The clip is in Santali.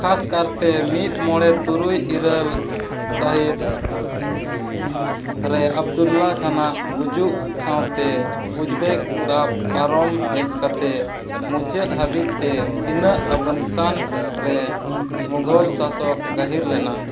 ᱠᱷᱟᱥ ᱠᱟᱨᱛᱮ ᱢᱤᱫ ᱢᱚᱬᱮ ᱛᱩᱨᱩᱭ ᱤᱨᱟᱹ ᱥᱟᱹᱦᱤᱛ ᱨᱮ ᱟᱹᱵᱽᱫᱩᱞᱞᱟ ᱠᱷᱟᱱᱟᱜ ᱜᱩᱡᱩᱜ ᱥᱟᱶᱛᱮ ᱩᱡᱽᱵᱮᱠ ᱫᱚ ᱯᱟᱨᱚᱢ ᱦᱮᱡ ᱠᱟᱛᱮᱫ ᱢᱩᱪᱟᱹᱫ ᱦᱷᱟᱹᱵᱤᱡ ᱛᱮ ᱛᱤᱱᱟᱹᱜ ᱟᱯᱷᱜᱟᱱᱤᱥᱛᱟᱱ ᱨᱮ ᱢᱩᱜᱷᱚᱞ ᱥᱟᱥᱚᱠ ᱜᱟᱹᱦᱤᱨ ᱞᱮᱱᱟ